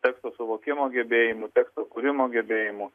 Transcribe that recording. teksto suvokimo gebėjimų teksto kūrimo gebėjimų